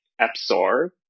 absorb